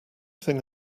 thing